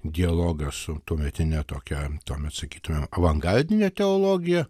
dialogą su tuometine tokia tuomet sakytume avangardine teologija